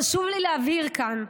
חשוב לי להבהיר כאן: